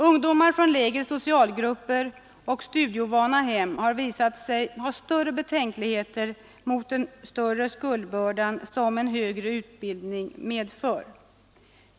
Ungdomar från lägre socialgrupper och studieovana hem har visat sig ha större betänkligheter mot den större skuldbördan som en högre utbildning medför.